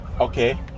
Okay